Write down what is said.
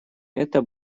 эта